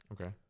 Okay